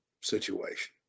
situation